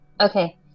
Okay